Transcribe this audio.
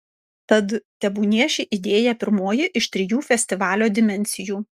tad tebūnie ši idėja pirmoji iš trijų festivalio dimensijų